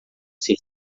ser